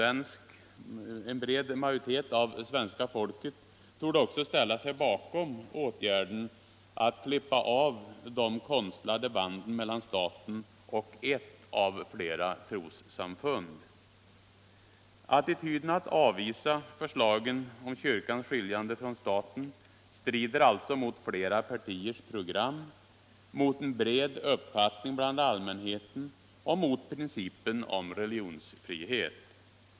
En bred majoritet av svenska folket torde också ställa sig bakom åtgärden att klippa av de konstlade banden mellan staten och ett av flera trossamfund. Attityden att avvisa förslagen om kyrkans skiljande från staten strider alltså mot flera partiers program, mot en bred uppfattning bland allmänheten och mot principen om religionsfrihet.